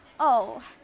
oh.